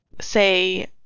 say